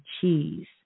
cheese